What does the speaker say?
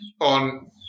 on